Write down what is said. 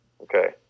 Okay